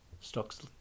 stocks